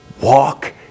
walk